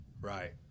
Right